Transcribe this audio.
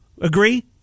Agree